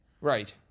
Right